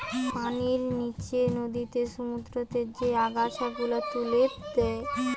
পানির নিচে নদীতে, সমুদ্রতে যে আগাছা গুলা তুলে দে